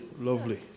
Lovely